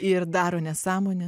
ir daro nesąmone